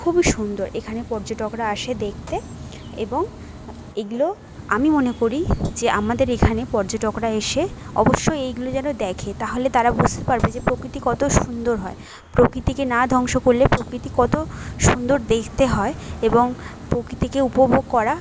খুবই সুন্দর এখানে পর্যটকরা আসে দেখতে এবং এগুলো আমি মনে করি যে আমাদের এখানে পর্যটকরা এসে অবশ্যই এইগুলো যেন দেখে তাহলে তারা বুঝতে পারবে যে প্রকৃতি কতো সুন্দর হয় প্রকৃতিকে না ধ্বংস করলে প্রকৃতি কতো সুন্দর দেখতে হয় এবং প্রকৃতিকে উপভোগ করা